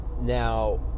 now